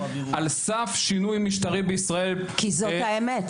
על סף שינוי משטרי בישראל --- כי זאת האמת,